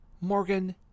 Morgan